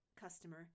customer